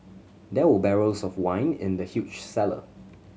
there were barrels of wine in the huge cellar